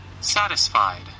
satisfied